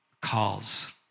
calls